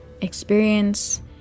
experience